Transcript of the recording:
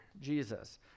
Jesus